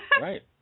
Right